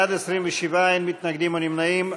בעד, 27, אין מתנגדים או נמנעים.